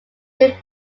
did